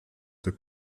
der